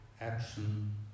action